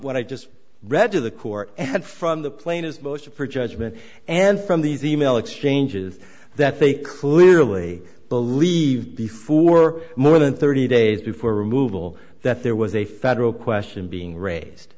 what i just read to the court and from the plane as motion for judgment and from these e mail exchanges that they clearly believe before more than thirty days before removal that there was a federal question being raised